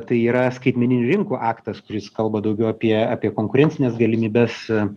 tai yra skaitmeninių rinkų aktas kuris kalba daugiau apie apie konkurencines galimybes